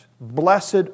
Blessed